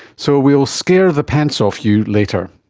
so we'll scare the pants off you later.